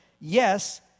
Yes